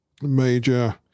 major